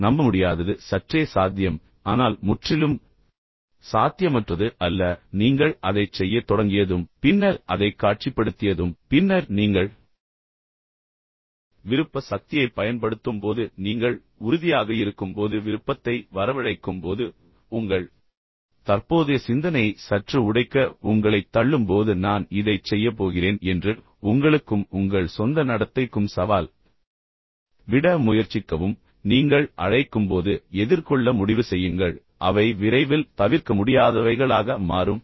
நம்பமுடியாதது சற்றே சாத்தியம் ஆனால் முற்றிலும் சாத்தியமற்றது அல்ல நீங்கள் அதைச் செய்யத் தொடங்கியதும் பின்னர் அதைக் காட்சிப்படுத்தியதும் பின்னர் நீங்கள் விருப்ப சக்தியைப் பயன்படுத்தும்போது நீங்கள் உறுதியாக இருக்கும்போது விருப்பத்தை வரவழைக்கும்போது உங்கள் தற்போதைய சிந்தனையை சற்று உடைக்க உங்களைத் தள்ளும்போது நான் இதைச் செய்யப் போகிறேன் என்று உங்களுக்கும் உங்கள் சொந்த நடத்தைக்கும் சவால் விட முயற்சிக்கவும் நீங்கள் அழைக்கும்போது எதிர்கொள்ள முடிவு செய்யுங்கள் அவை விரைவில் தவிர்க்க முடியாதவைகளாக மாறும்